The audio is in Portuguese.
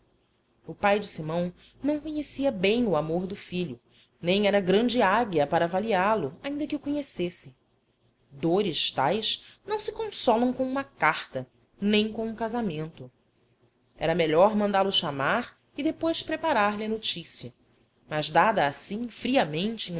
mim o pai de simão não conhecia bem o amor do filho nem era grande águia para